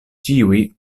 ĉiuj